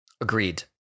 agreed